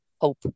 hope